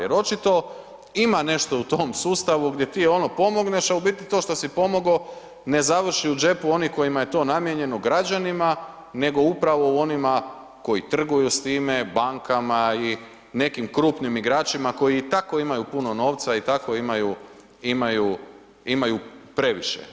Jer očito ima nešto u tom sustavu gdje ti ono pomogneš, a u biti to što si pomogao ne završi u džepu onih koji je to namijenjeno, građanima, nego upravo u onima koji trguju s time, bankama i nekim krupnim igračima koji i tako imaju puno novca ni tako imaju previše.